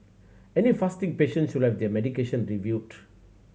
any fasting patient should let their medication reviewed